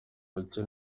mucyo